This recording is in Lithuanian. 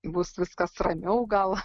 bus viskas ramiau gal